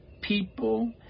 people